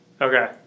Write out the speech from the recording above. Okay